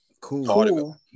cool